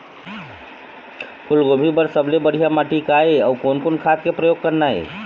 फूलगोभी बर सबले बढ़िया माटी का ये? अउ कोन कोन खाद के प्रयोग करना ये?